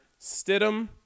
Stidham